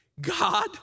God